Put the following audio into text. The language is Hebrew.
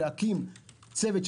להקים צוות,